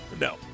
No